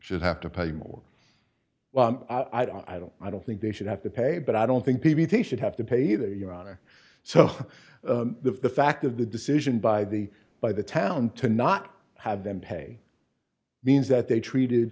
should have to pay more well i don't i don't think they should have to pay but i don't think they should have to pay their your honor so the fact of the decision by the by the town to not have them pay means that they treated